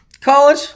college